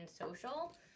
social